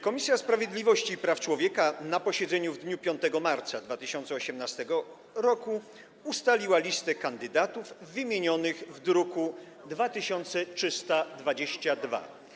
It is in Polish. Komisja Sprawiedliwości i Praw Człowieka na posiedzeniu w dniu 5 marca 2018 r. ustaliła listę kandydatów wymienionych w druku nr 2322.